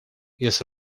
jest